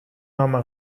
home